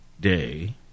Day